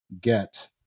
get